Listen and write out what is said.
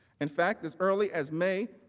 in fact, as early as may